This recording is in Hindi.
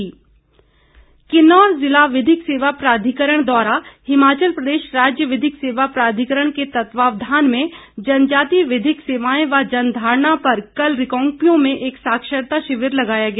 शिविर किन्नौर जिला विधिक सेवा प्राधिकरण द्वारा हिमाचल प्रदेश राज्य विधिक सेवा प्राधिकरण के तत्वावधान में जनजातीय विधिक सेवाएं व जनधारणा पर कल रिकांगपियो में एक साक्षरता शिविर लगाया गया